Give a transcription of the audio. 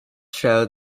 show